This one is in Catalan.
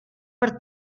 per